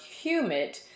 humid